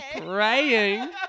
Praying